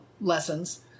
lessons